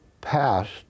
passed